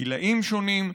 גילים שונים,